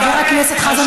חבר הכנסת חזן,